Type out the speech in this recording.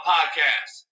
Podcast